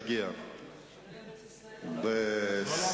הרב גפני,